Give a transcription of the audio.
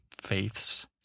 faiths